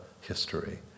history